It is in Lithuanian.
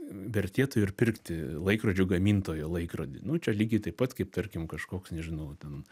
vertėtų ir pirkti laikrodžių gamintojo laikrodį nu čia lygiai taip pat kaip tarkim kažkoks nežinau ten